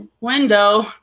window